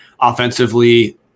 Offensively